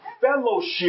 fellowship